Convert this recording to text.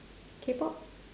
K pop